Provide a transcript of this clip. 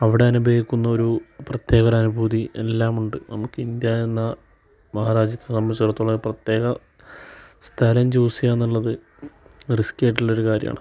അവിടെ അനുഭവിക്കുന്ന ഒരു പ്രത്യേക ഒരു അനുഭൂതി എല്ലാമുണ്ട് നമുക്ക് ഇന്ത്യ എന്ന മഹാരാജ്യത്തെ സംബന്ധിച്ചിടത്തോളം ഒരു പ്രത്യേക സ്ഥലം ചൂസ് ചെയ്യുക എന്നുള്ളത് റിസ്കി ആയിട്ടുള്ളൊരു കാര്യമാണ്